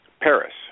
Paris